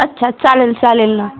अच्छा चालेल चालेल ना